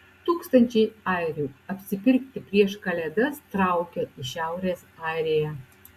tūkstančiai airių apsipirkti prieš kalėdas traukia į šiaurės airiją